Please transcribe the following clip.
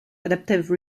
adaptive